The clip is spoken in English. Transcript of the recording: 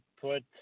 put